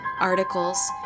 articles